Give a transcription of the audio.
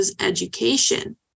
education